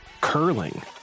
curling